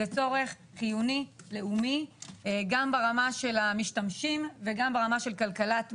זה צורך חיוני לאומי גם ברמה של המשתמשים וגם ברמה של כלכלת מדינה,